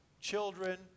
children